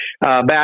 back